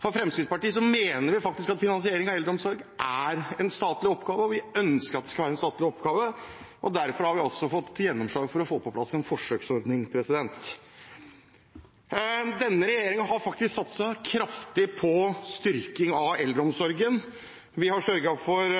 også. Fremskrittspartiet mener faktisk at finansiering av eldreomsorgen er en statlig oppgave, og vi ønsker at det skal være en statlig oppgave. Derfor har vi også fått gjennomslag for å få på plass en forsøksordning. Denne regjeringen har faktisk satset kraftig på styrking av eldreomsorgen. Vi har sørget for